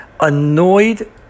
Annoyed